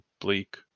bleak